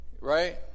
Right